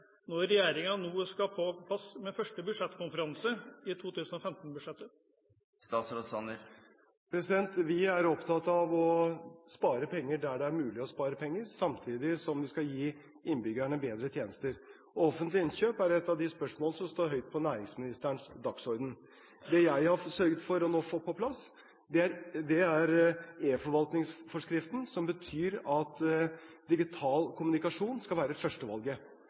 når regjeringen nå skal få på plass, i sin første budsjettkonferanse, 2015-budsjettet? Vi er opptatt av å spare penger der det er mulig å spare penger, samtidig som vi skal gi innbyggerne bedre tjenester. Offentlige innkjøp er et av de spørsmål som står høyt på næringsministerens dagsorden. Det jeg nå har sørget for å få på plass, er eForvaltningsforskriften, som betyr at digital kommunikasjon skal være førstevalget.